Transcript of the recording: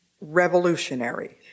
revolutionary